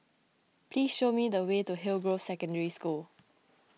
please show me the way to Hillgrove Secondary School